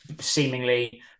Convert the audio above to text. seemingly